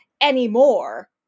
anymore